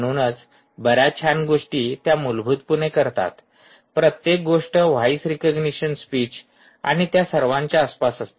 म्हणून बऱ्याच छान गोष्टी त्या मूलभूतपणे करतात प्रत्येक गोष्ट व्हॉईस रिकग्निशन स्पीच आणि त्या सर्वांच्या आसपास असते